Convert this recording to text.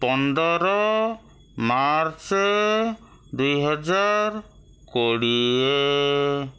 ପନ୍ଦର ମାର୍ଚ୍ଚ ଦୁଇହଜାର କୋଡ଼ିଏ